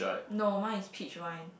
no mine is peach wine